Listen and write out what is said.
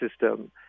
system